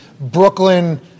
Brooklyn